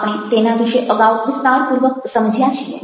આપણે તેના વિશે અગાઉ વિસ્તારપૂર્વક સમજ્યા છીએ